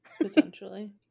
Potentially